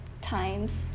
times